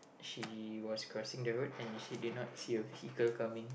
she was crossing the road and she did not see a vehicle coming